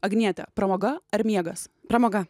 agnietė pramoga ar miegas pramoga